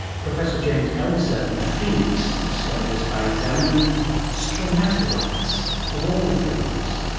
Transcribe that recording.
professor james elser in phoenix discovered this by examining stromatolites, of all things.